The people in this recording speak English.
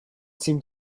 seemed